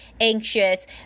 anxious